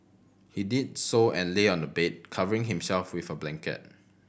he did so and lay on the bed covering himself with a blanket